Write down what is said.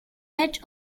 edge